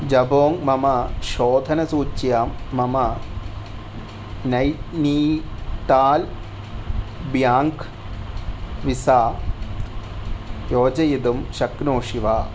जबोङ्ग् मम शोधनसूच्यां मम नैनीटाल् ब्याङ्क् विसा योजयितुं शक्नोषि वा